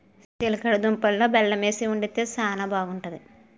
సిలగడ దుంపలలో బెల్లమేసి వండితే శానా బాగుంటాది